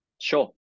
Sure